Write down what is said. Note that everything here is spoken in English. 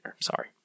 sorry